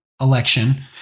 election